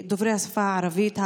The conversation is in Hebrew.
הערבים דוברי השפה הערבית.